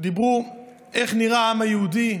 דיברו על איך נראה העם היהודי,